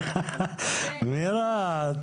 כמו שאמרתי קודם,